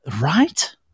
Right